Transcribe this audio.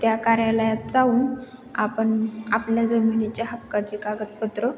त्या कार्यालयात जाऊन आपण आपल्या जमिनीच्या हक्काचे कागदपत्र